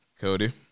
Cody